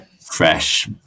Fresh